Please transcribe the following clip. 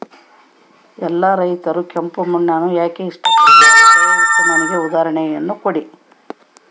ಎಲ್ಲಾ ರೈತರು ಕೆಂಪು ಮಣ್ಣನ್ನು ಏಕೆ ಇಷ್ಟಪಡುತ್ತಾರೆ ದಯವಿಟ್ಟು ನನಗೆ ಉದಾಹರಣೆಯನ್ನ ಕೊಡಿ?